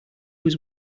was